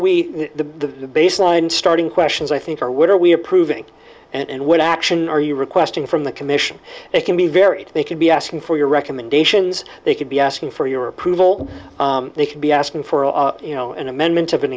we the baseline starting questions i think are what are we approving and what action are you requesting from the commission they can be very they could be asking for your recommendations they could be asking for your approval they could be asking for you know an amendment of an